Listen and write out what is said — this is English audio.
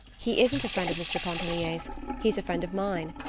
he isn't a friend of mr. pontellier's he's a friend of mine.